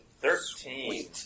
Thirteen